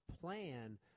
plan